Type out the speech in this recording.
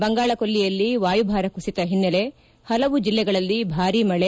ಬಂಗಾಳ ಕೊಲ್ಲಿಯಲ್ಲಿ ವಾಯುಭಾರ ಕುಸಿತ ಹಿನ್ನೆಲೆ ಹಲವು ಜಿಲ್ಲೆಗಳಲ್ಲಿ ಭಾರೀ ಮಳೆ